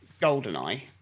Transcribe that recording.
GoldenEye